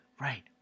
right